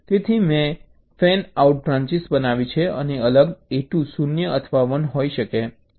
તેથી મેં fanout branches બનાવી છે અને અલગ A2 0 અથવા 1 હોઈ શકે છે